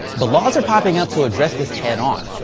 but laws are popping up to address this head on.